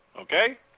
okay